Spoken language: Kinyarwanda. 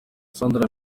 sandra